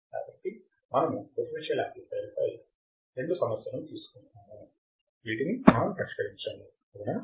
కాబట్టి మనము differential amplifier పై రెండు సమస్యలను తీసుకున్నాము వీటిని మనము పరిష్కరించాము అవునా